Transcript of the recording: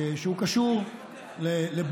שהוא קשור לבון-טון,